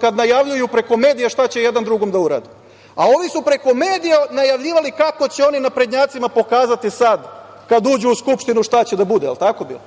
kad najavljuju preko medija šta će jedan drugom da urade, a ovi su preko medija najavljivali kako će oni naprednjaci pokazati sad kad uđu u Skupštinu šta će da bude, jel tako bilo,